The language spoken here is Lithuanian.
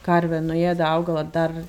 karvė nuėda augalą dar